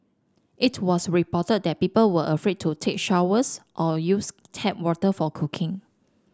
it was reported that people were afraid to take showers or use tap water for cooking